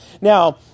Now